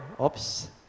Oops